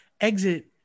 exit